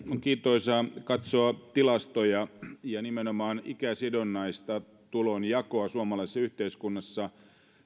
kiintoisaa katsoa tilastoja ja nimenomaan ikäsidonnaista tulonjakoa suomalaisessa yhteiskunnassa